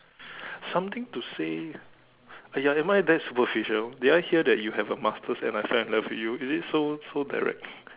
something to say ya am I that superficial did I hear that you have a masters and I fell in love you is it so so direct